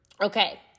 Okay